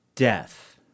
Death